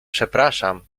przepraszam